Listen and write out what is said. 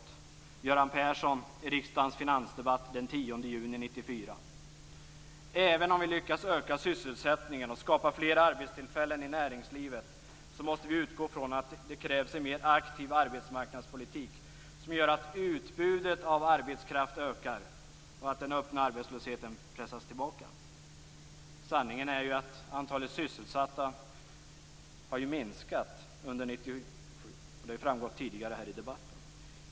Det är Göran Persson i riksdagens finansdebatt den 10 juni 1994: "Även om vi lyckas öka sysselsättningen och skapa fler arbetstillfällen i näringslivet måste vi utgå från att det krävs en mer aktiv arbetsmarknadspolitik som gör att utbudet av arbetskraft ökar och att den öppna arbetslösheten pressas tillbaka." Sanningen är ju att antalet sysselsatta har minskat under 1997. Det har framgått tidigare i debatten.